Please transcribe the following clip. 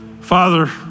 Father